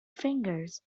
fingers